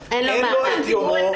וגם היו לנו דיונים כאן בוועדה,